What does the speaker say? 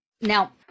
Now